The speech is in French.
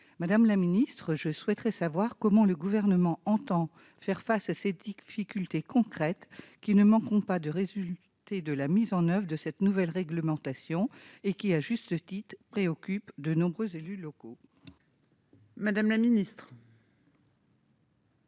Madame la ministre, comment le Gouvernement entend-il faire face aux difficultés concrètes qui ne manqueront pas de résulter de la mise en oeuvre de cette nouvelle réglementation et qui, à juste titre, préoccupent de nombreux élus locaux ? La parole